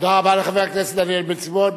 תודה רבה לחבר הכנסת דניאל בן-סימון.